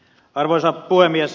arvoisa puhemies